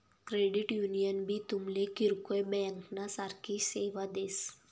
credit union भी तुमले किरकोय ब्यांकना सारखी सेवा देस